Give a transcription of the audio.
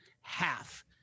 half